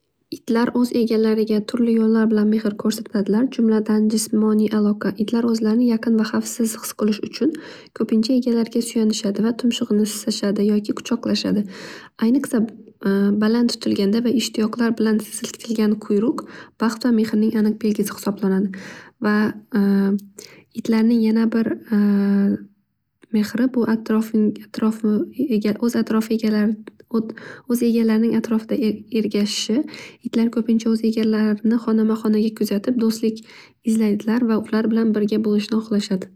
Itlar o'z egalariga turli yo'llar bilan mehr ko'rsatadilar. Jumladan, jismoniy aloqa. Itlar o'zlarini yaqin va xavfsiz his qilishi uchun ko'pincha egalariga suyanishadi va tumshug'ini sisashadi yoki quchoqlashadi. Ayniqsa, baland tutilganda va ishtiyoqlar bilan silkitilganda quyruq baxt va mehrning aniq belgisi hisoblanadi. Va itlarning yana bir mehri bu atrofing- atrofi- ega- o'z atrofi egalari, o't- o'z egalarining atrofida erg- ergashishi, itlar ko'pincha o'z egalarini xonama xonaga kuzatib do'stlik izlaydilar va ular bilan birga bo'lishni hohlashadi.